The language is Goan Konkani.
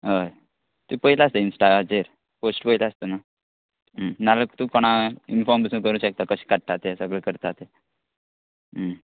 हय तूंय पयलां आस्त इन्स्टाचेर पोश्ट पयला आस्त न्हू नाल्या तूं कोणा इन्फॉम पसून करूं शकता कश काडटा ते सगळे करता ते